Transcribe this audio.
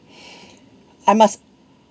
I must